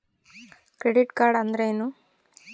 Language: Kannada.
ಕ್ರೆಡಿಟ್ ಕಾರ್ಡ್ ಅಂದ್ರೇನು?